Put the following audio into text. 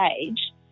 age